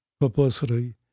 publicity